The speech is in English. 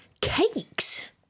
cakes